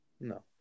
no